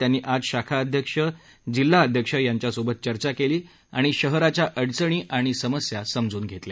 त्यांनी आज शाखा अध्यक्ष जिल्हाध्यक्षांसोबत चर्चा केली आणि शहराच्या अडचणी आणि समस्या जाणून घेतल्या